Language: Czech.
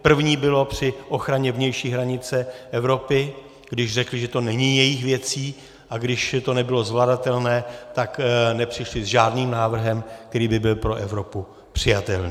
První bylo při ochraně vnější hranice Evropy, když řekli, že to není jejich věcí, a když to nebylo zvladatelné, tak nepřišli s žádným návrhem, který by byl pro Evropu přijatelný.